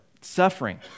suffering